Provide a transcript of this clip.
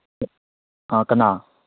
ꯑꯥ ꯀꯅꯥ